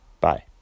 Bye